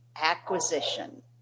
Acquisition